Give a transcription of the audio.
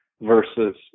versus